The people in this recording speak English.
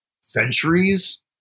centuries